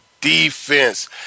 defense